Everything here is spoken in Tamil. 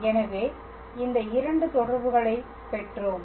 எனவே இந்த 2 தொடர்புகளைப் பெற்றோம்